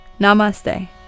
Namaste